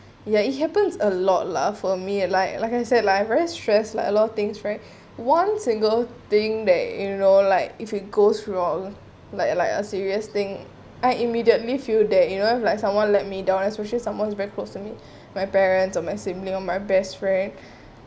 ya it happens a lot lah for me like like I said like I very stress like a lot of things right one single thing that you know like if it goes wrong like a like a serious thing I immediately feel that you know if like someone let me down especially someone is very close to me my parents or my sibling or my best friend